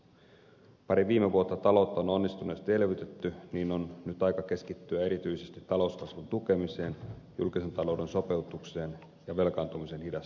kun pari viime vuotta on taloutta onnistuneesti elvytetty niin nyt on aika keskittyä erityisesti talouskasvun tukemiseen julkisen talouden sopeutukseen ja velkaantumisen hidastamiseen